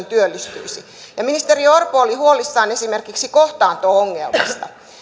työllistyisi ja ministeri orpo oli huolissaan esimerkiksi kohtaanto ongelmasta